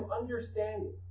understanding